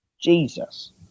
Jesus